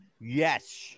yes